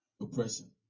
oppression